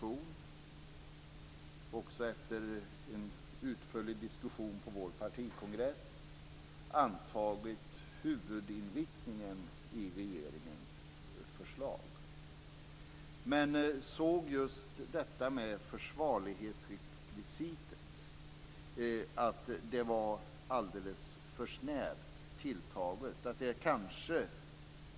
Vi hade efter en utförlig diskussion på vår partikongress i vår motion antagit huvudinriktningen i regeringens förslag, men ansåg att just försvarlighetsrekvisitet var alldeles för snävt tilltaget.